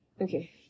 Okay